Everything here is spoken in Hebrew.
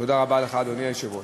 תודה רבה לך, אדוני היושב-ראש.